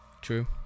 True